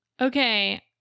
Okay